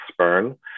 Spern